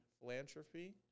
Philanthropy